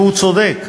והוא צודק: